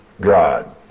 God